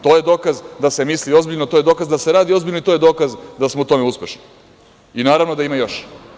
To je dokaz da se misli ozbiljno, to je dokaz da se radi ozbiljno i to je dokaz da smo u tome uspešni i naravno da ima još.